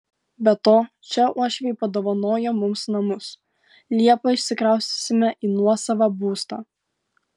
be to čia uošviai padovanojo mums namus liepą išsikraustysime į nuosavą būstą